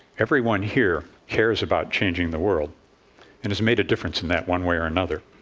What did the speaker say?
everyone here cares about changing the world and has made a difference in that one way or another.